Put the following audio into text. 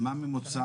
הממוצע